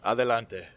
Adelante